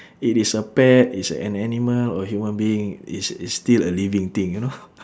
it is a pet is a an animal or a human being it's it's still a living thing you know